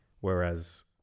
Whereas